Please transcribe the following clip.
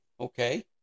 okay